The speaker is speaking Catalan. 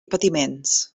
patiments